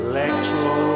Electro